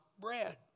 bread